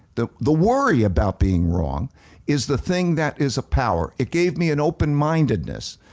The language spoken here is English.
the the worry about being wrong is the thing that is a power. it gave me an open mindedness.